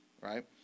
right